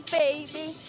baby